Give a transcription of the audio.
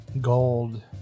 gold